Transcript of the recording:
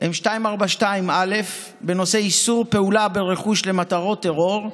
הם 242א, בנושא איסור פעולה ברכוש למטרות טרור,